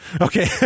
Okay